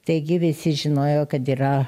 taigi visi žinojo kad yra